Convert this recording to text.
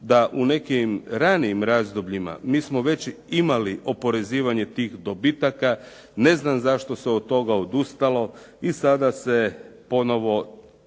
da u nekim ranijim razdobljima mi smo već imali oporezivanje tih dobitaka. Ne znam zašto se od toga odustalo i sada se ponovno